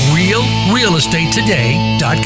realrealestatetoday.com